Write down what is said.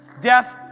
Death